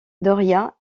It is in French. doria